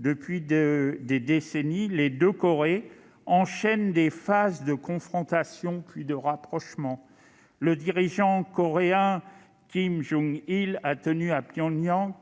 Depuis des décennies, les deux Corées enchaînent des phases de confrontation et de rapprochement. En 2000 et 2007, le dirigeant nord-coréen Kim Jong-il a tenu à Pyongyang